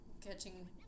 catching